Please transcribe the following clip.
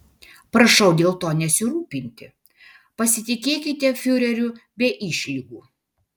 prašau dėl to nesirūpinti pasitikėkite fiureriu be išlygų